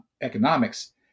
economics